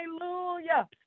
hallelujah